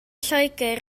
lloegr